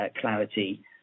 clarity